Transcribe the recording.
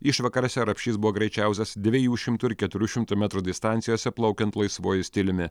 išvakarėse rapšys buvo greičiausias dviejų šimtų ir keturių šimtų metrų distancijose plaukiant laisvuoju stiliumi